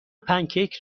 پنکیک